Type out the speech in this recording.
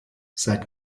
seit